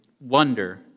wonder